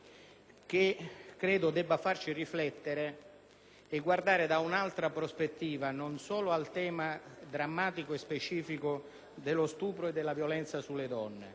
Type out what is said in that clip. tema debba farci riflettere e guardare da un'altra prospettiva innanzitutto al problema drammatico e specifico dello stupro e della violenza sulle donne,